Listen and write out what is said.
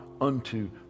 unto